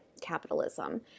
capitalism